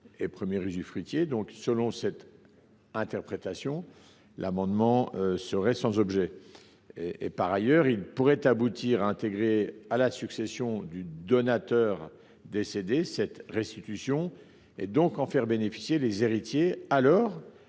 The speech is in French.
et premier usufruitier. Selon cette interprétation, l’amendement serait donc sans objet., la disposition proposée pourrait aboutir à intégrer à la succession du donateur décédé cette restitution, et donc à en faire bénéficier des héritiers n’ayant